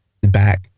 back